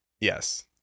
Yes